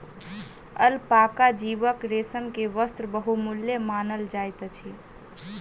alpaca जीवक रेशम के वस्त्र बहुमूल्य मानल जाइत अछि